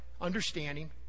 understanding